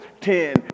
ten